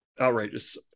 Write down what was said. outrageous